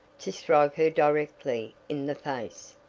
to strike her directly in the face.